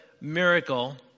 miracle